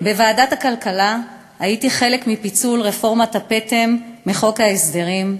בוועדת הכלכלה הייתי חלק מפיצול רפורמת הפטם מחוק ההסדרים.